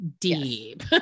deep